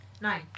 Nine